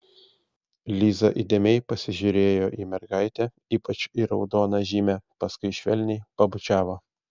liza įdėmiai pasižiūrėjo į mergaitę ypač į raudoną žymę paskui švelniai pabučiavo